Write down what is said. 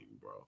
bro